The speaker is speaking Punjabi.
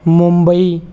ਮੁੰਬਈ